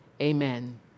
Amen